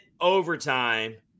overtime